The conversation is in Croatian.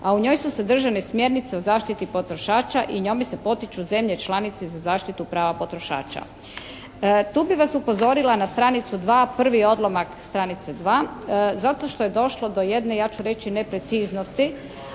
a u njoj su sadržane smjernice o zaštiti potrošača i njome se potiču zemlje članice za zaštitu prava potrošača. Tu bih vas upozorila na stranicu dva, prvi odlomak stranice dva zato što je došlo do jedne ja ću reći ne preciznosti